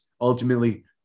ultimately